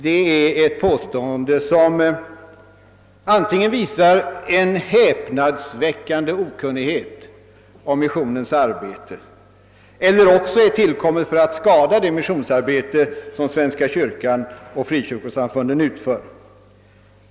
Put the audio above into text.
Det är ett påstående som antingen tyder på en häpnadsväckande okunnighet om missionsarbetet eller också är tillkommet för att skada det missionsarbete som svenska kyrkan och frikyroksamfunden utför.